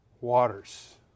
waters